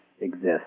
exist